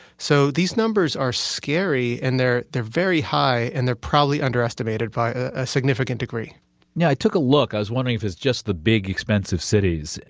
so these numbers are scary, and they're they're very high, and they're probably underestimated underestimated by a significant degree now i took a look, i was wondering if it's just the big, expensive cities.